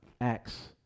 acts